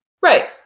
Right